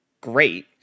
great